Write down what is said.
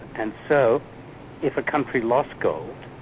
and so if a country lost gold,